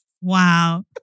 Wow